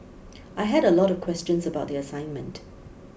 I had a lot of questions about the assignment